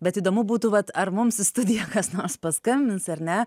bet įdomu būtų vat ar mums į studiją kas nors paskambins ar ne